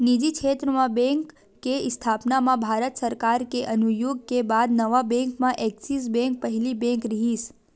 निजी छेत्र म बेंक के इस्थापना म भारत सरकार के अनुग्या के बाद नवा बेंक म ऐक्सिस बेंक पहिली बेंक रिहिस